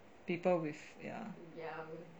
people with ya